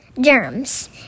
Germs